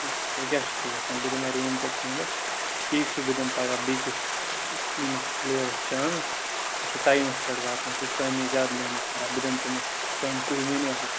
وۅنۍ کیٛاہ چھِو تُہۍ یَژھان بہٕ دِماہ روٗم تۅہہِ ژھٲنٛڈِتھ ٹھیٖک چھُ بہٕ دِمہٕ پَگَاہ بیٚیِس یٔمِس پلیرَس چانس سُہ چھُ ٹایمَس پیٚٹھ واتن سُہ چھُ تۄہہِ نِش زیادٕ محنَت کَران بہٕ دِمہٕ تٔمِس چانس تُہۍ مٲنٛۍوا